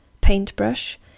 paintbrush